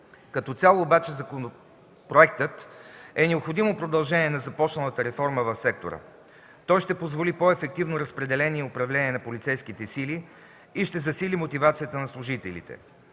Като цяло обаче законопроектът е необходимо продължение на започналата реформа в сектора. Той ще позволи по-ефективно разпределение и управление на полицейските сили и ще засили мотивацията на служителите.